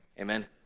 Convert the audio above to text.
Amen